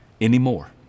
anymore